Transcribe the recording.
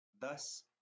Thus